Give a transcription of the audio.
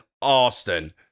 Austin